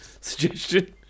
suggestion